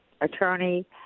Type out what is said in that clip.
attorney